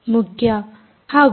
ಹಾಗೂ 5